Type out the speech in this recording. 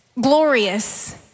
glorious